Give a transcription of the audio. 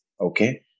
Okay